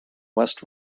west